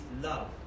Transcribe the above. love